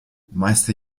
meister